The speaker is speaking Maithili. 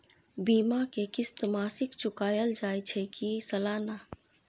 बीमा के किस्त मासिक चुकायल जाए छै की सालाना?